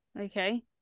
okay